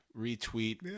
retweet